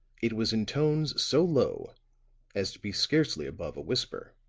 it was in tones so low as to be scarcely above a whisper.